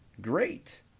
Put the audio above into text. Great